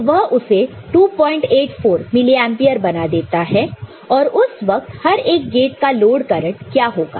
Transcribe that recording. तो वह उसे 284 मिली एंपियर बना देता है और उस वक्त हर एक गेट का लोड करंट क्या होगा